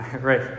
right